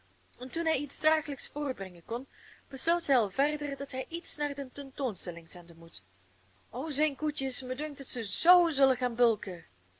en toen hij iets dragelijks voortbrengen kon besloot zij al verder dat hij iets naar de tentoonstelling zenden moest o zijn koetjes me dunkt dat ze zzoo zullen gaan bulken